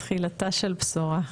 תחילתה של בשורה.